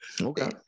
okay